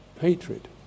hatred